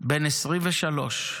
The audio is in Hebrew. בן 23,